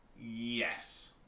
Yes